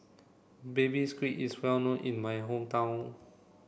baby squid is well known in my hometown